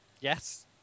Yes